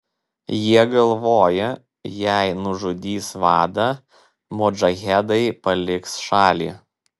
jie galvoja jei nužudys vadą modžahedai paliks šalį